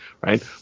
right